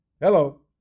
Hello